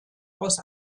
aus